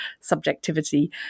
subjectivity